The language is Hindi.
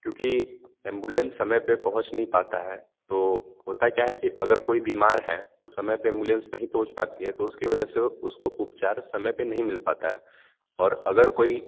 क्युँकि एम्बुलेंस समय पे पहुँच नहीं पाता है तो होता है क्या है कि अगर कोई बीमार है तो समय पे एम्बुलेंस नहीं पहुँच पाती है तो उसकी वजह से उसको उपचार समय पे नहीं मिल पाता है और अगर कोई